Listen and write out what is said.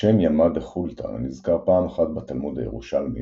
השם ימא דחולתא נזכר פעם אחת בתלמוד הירושלמי,